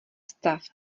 stav